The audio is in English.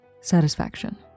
Satisfaction